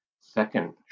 Second